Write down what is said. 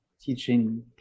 teaching